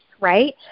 right